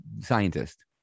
scientist